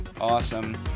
Awesome